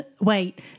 wait